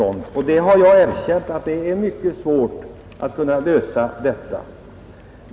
Jag erkänner att problemen är svårlösta.